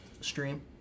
stream